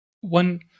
One